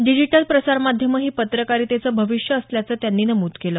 digital प्रसारमाध्यमं ही पत्रकारितेचं भविष्य असल्याचं त्यांनी नमूद केलं